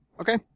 Okay